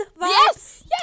Yes